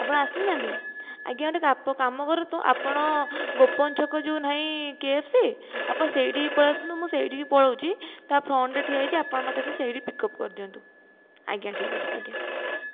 ଆପଣ ଆସିନାହାନ୍ତି ଆଜ୍ଞା ଗୋଟେ କାମ କରନ୍ତୁ ଆପଣ ଗୋପବନ୍ଧୁ ଛକ ଯେଉଁ ନାହିଁ କେ ଏ ଫ୍ସି ଆପଣ ସେଇଠିକି ପଳେଇ ଆସନ୍ତୁ ମୁଁ ସେଇଠିକି ପଳାଉଛି ତା' ଫ୍ରଣ୍ଟରେ ଠିଆ ହୋଇଛି ଆପଣ ମୋତେ ଆସି ସେଇଠି ପିକ୍ଅପ୍ କରିଦିଅନ୍ତୁ ଆଜ୍ଞା ଠିକ୍ଅଛି ଆଜ୍ଞା